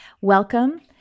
Welcome